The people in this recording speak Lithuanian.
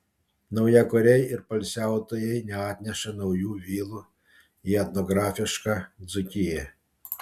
naujakuriai ir poilsiautojai neatneša naujų vilų į etnografišką dzūkiją